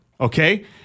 Okay